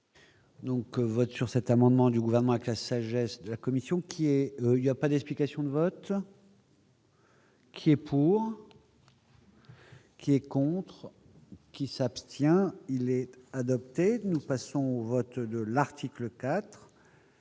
Donc, vote sur cet amendement du gouvernement a classé sagesse de la commission qui est il y a pas d'explication de vote. Qui est pour. Qui est contre qui s'abstient, il est adopté, nous passons au vote de l'article